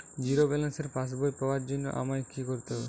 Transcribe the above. Zero ব্যালেন্সের পাসবই পাওয়ার জন্য আমায় কী করতে হবে?